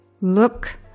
Look